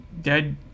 dead